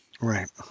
Right